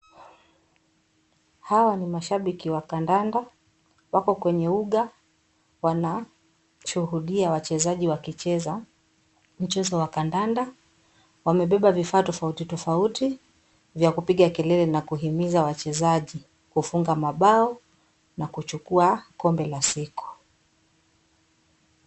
Hao ni mashabiki wa kandanda, wako kwenye uga wanashuhudia wachezaji wakicheza mchezo wa kandanda, wamebeba vifaa tofauti tofauti kwa kupiga kelele na kuhimiza wachezaji kufunga mabao na kuchukua kombe za siku.